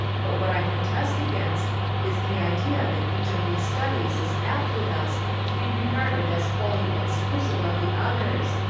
but what i protest against is the idea that each of these studies is apt with us to be regarded as wholly exclusive of the others,